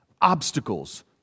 obstacles